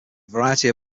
variety